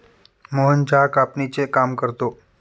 मोहन चहा कापणीचे काम करतो